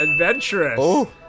Adventurous